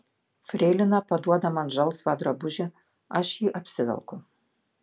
freilina paduoda man žalsvą drabužį aš jį apsivelku